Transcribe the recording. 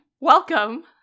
Welcome